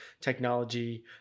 technology